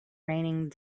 raining